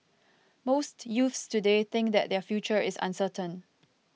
most youths today think that their future is uncertain